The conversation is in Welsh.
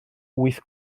wyth